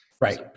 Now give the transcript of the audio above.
Right